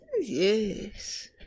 Yes